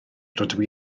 rydw